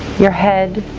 your head,